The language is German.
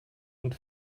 und